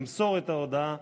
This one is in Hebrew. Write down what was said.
ימסור את ההודעה